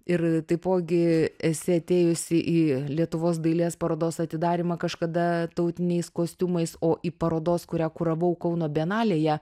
ir taipogi esi atėjusi į lietuvos dailės parodos atidarymą kažkada tautiniais kostiumais o į parodos kurią kuravau kauno bienalėje